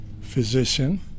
physician